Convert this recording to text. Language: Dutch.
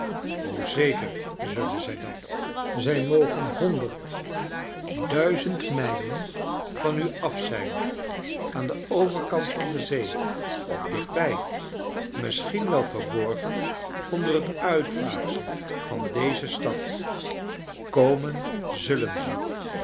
o zeker zullen zij dat zij mogen honderd duizend mijlen van u af zijn aan den overkant van de zee of dicht bij misschien wel verhorgen onder het uitvaagsel van deze stad komen zullen ze